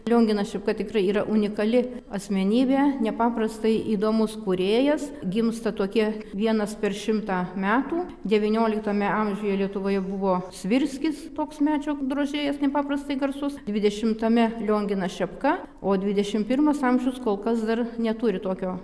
lionginas šepka tikrai yra unikali asmenybė nepaprastai įdomus kūrėjas gimsta tokie vienas per šimtą metų devynioliktame amžiuje lietuvoje buvo svirskis toks medžio drožėjas nepaprastai garsus dvidešimtame lionginas šepka o dvidešim pirmas amžius kol kas dar neturi tokio